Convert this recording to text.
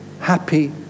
happy